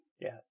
Yes